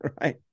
right